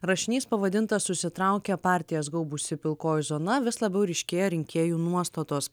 rašinys pavadintas susitraukia partijas gaubusi pilkoji zona vis labiau ryškėja rinkėjų nuostatos